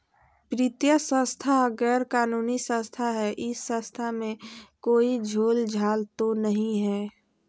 वित्तीय संस्था गैर कानूनी संस्था है इस संस्था में कोई झोलझाल तो नहीं है?